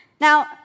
Now